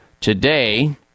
today